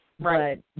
Right